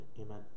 amen